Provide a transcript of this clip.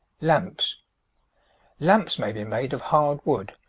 lamps lamps may be made of hard wood,